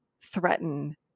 threaten